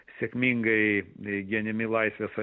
sėkmingai genimi laisvės